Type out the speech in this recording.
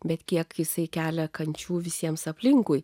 bet kiek jisai kelia kančių visiems aplinkui